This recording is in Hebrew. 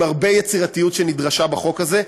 עם הרבה יצירתיות שנדרשה בחוק הזה.